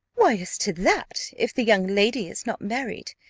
why, as to that, if the young lady is not married,